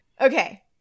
Okay